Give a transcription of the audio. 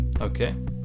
Okay